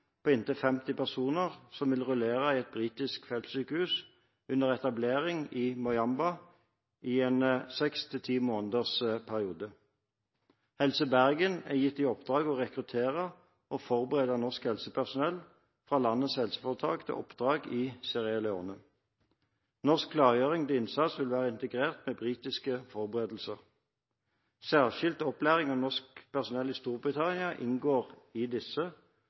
på inntil 50 personer som vil rullere i et britisk feltsykehus under etablering i Moyamba i en seks til ti måneders periode. Helse Bergen er gitt i oppdrag å rekruttere og forberede norsk helsepersonell fra landets helseforetak til oppdrag i Sierra Leone. Norsk klargjøring til innsats vil være integrert med britiske forberedelser. Særskilt opplæring av norsk personell i Storbritannia inngår i disse,